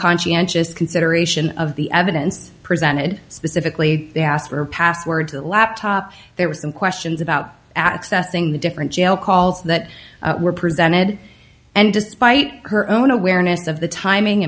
conscientious consideration of the evidence presented specifically they asked for a password to the laptop there were some questions about accessing the different jail calls that were presented and despite her own awareness of the timing